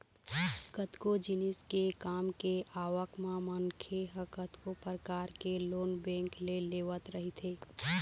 कतको जिनिस के काम के आवक म मनखे ह कतको परकार के लोन बेंक ले लेवत रहिथे